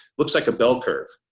looks like a bell curve.